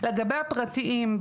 לגבי הפרטיים,